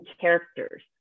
characters